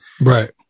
right